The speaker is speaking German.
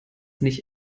nicht